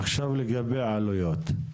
עכשיו לגבי העלויות.